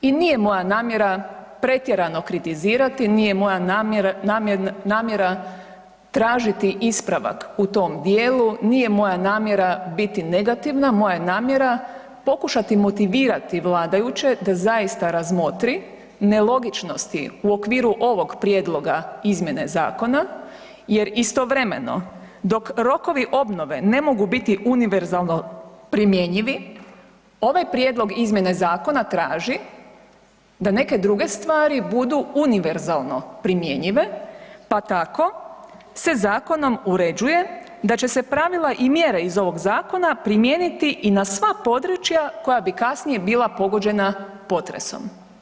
I nije moja namjera pretjerano kritizirati, nije moja namjera tražiti ispravak u tom dijelu, nije moja namjera biti negativna, moja je namjera pokušati motivirati vladajuće da zaista razmotri nelogičnosti u okviru ovog prijedloga izmjene zakona jer istovremeno dok rokovi obnove ne mogu biti univerzalno primjenjivi ovaj prijedlog izmjene zakona traži da neke druge stvari budu univerzalno primjenjive, pa tako se zakonom uređuje da će se pravila i mjere iz ovog zakona primijeniti i na sva područja koja bi kasnije bila pogođena potresom.